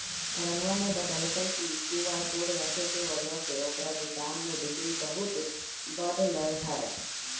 रानूआ ने बतल कई कि क्यू आर कोड रखे के वजह से ओकरा दुकान में बिक्री बहुत बढ़ लय है